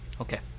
okay